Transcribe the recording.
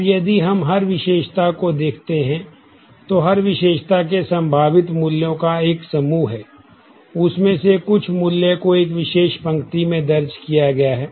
अब यदि हम हर विशेषता को देखते हैं तो हर विशेषता के संभावित मूल्यों का एक समूह है उसमें से कुछ मूल्य को एक विशेष पंक्ति में दर्ज किया गया है